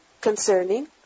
concerning